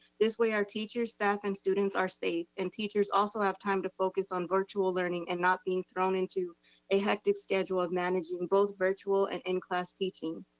this way our teachers, staff and students are safe and teachers also have time to focus on virtual learning and not being thrown into a hectic schedule of managing both virtual and in-class teaching.